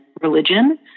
religion